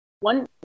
One